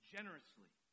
Generously